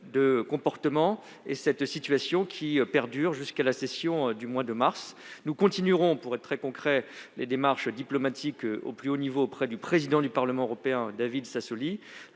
de comportements et la situation qui perdurera jusqu'à la session du mois de mars. Nous poursuivrons les démarches diplomatiques au plus haut niveau auprès du président du Parlement européen, M. David Sassoli,